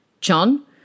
John